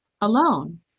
alone